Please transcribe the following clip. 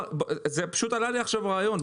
עלה לי עכשיו רעיון.